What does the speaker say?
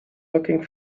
looking